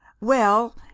Well